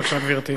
בבקשה, גברתי.